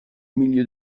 milieu